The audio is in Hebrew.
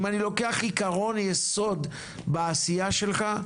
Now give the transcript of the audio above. אם אני לוקח עיקרון ייסוד בעשייה שלך,